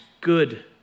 good